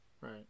Right